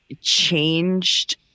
changed